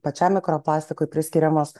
pačiam mikroplastikui priskiriamos